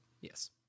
Yes